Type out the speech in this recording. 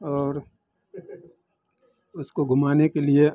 और उसको घुमाने के लिए